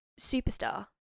superstar